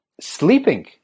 sleeping